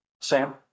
Sam